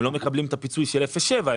הם לא מקבלים את הפיצוי של אפס עד שבעה.